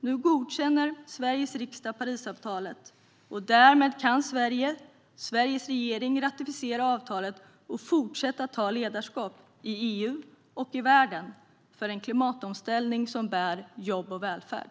Nu godkänner Sveriges riksdag Parisavtalet. Därmed kan Sveriges regering ratificera avtalet och fortsätta att ta ledarskap i EU och i världen för en klimatomställning som bär jobb och välfärd.